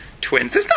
Twins